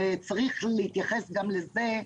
צריך להתייחס גם לזה,